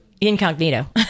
incognito